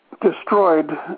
destroyed